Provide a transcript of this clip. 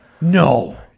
No